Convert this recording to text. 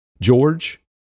George